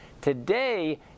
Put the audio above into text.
Today